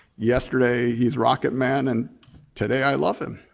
yesterday he's rocket man and today i love him.